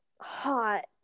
Hot